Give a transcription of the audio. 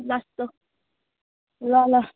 ल त ल ल